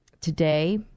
today